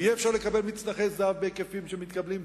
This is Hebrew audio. ואי-אפשר לקבל "מצנחי זהב" בהיקפים שמקבלים,